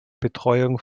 betreuung